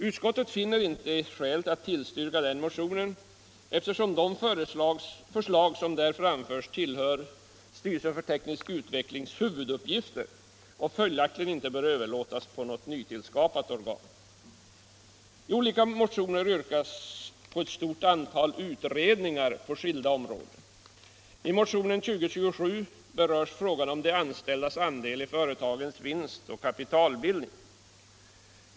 Utskottet finner icke skäl tillstyrka motionen, eftersom de förslag som där framförs tillhör huvuduppgifterna för styrelsen för teknisk utveckling och följaktligen inte bör överlåtas på något nytillskapat organ. I olika motioner begärs ett stort antal utredningar på skilda områden. I motionen 2027 berörs frågan om de anställdas andel i företagens vinst och kapitalbildning.